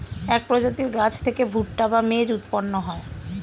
এক প্রজাতির গাছ থেকে ভুট্টা বা মেজ উৎপন্ন হয়